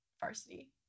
varsity